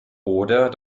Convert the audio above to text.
oder